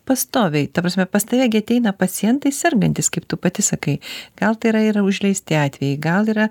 pastoviai ta prasme pas tave gi ateina pacientai sergantys kaip tu pati sakai gal tai yra yra užleisti atvejai gal yra